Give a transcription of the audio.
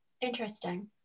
Interesting